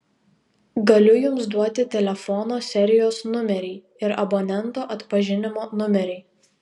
galiu jums duoti telefono serijos numerį ir abonento atpažinimo numerį